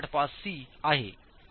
85c आहे0